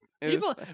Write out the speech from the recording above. People